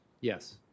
Yes